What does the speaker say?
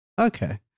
okay